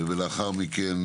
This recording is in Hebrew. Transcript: לאחר מכן,